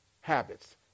habits